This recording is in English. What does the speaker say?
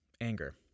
anger